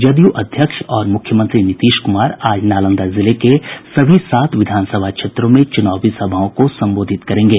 जदयू अध्यक्ष और मुख्यमंत्री नीतीश कुमार आज नालंदा जिले के सभी सात विधानसभा क्षेत्रों में चुनावी सभाओं को संबोधित करेंगे